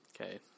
okay